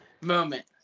Moment